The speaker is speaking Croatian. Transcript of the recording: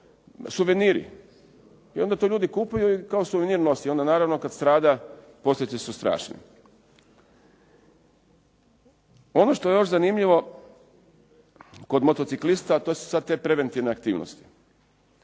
suveniri. I onda to ljudi kupuju i kao suvenir nosi. I onda naravno kada strada, posljedice su strašne. Ono što je još zanimljivo kod motociklista a to su sad te preventivne aktivnosti.